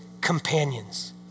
companions